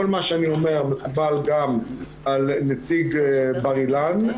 כל מה שאני אומר מקובל גם על נציג בר אילן,